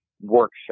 workshop